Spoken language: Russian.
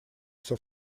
всё